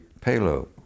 payload